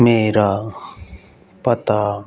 ਮੇਰਾ ਪਤਾ